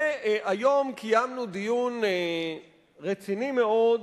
היום קיימנו דיון רציני מאוד